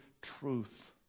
truth